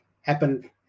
happen